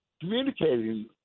communicating